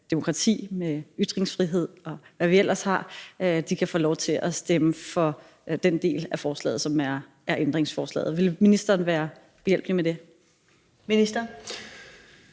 demokrati med ytringsfrihed, og hvad vi ellers har, få lov at stemme for den del af forslaget, som er ændringsforslaget. Vil ministeren være behjælpelig med det? Kl.